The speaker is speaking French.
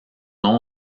nom